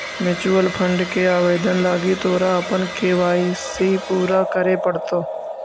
mutual fund के आवेदन लागी तोरा अपन के.वाई.सी पूरा करे पड़तो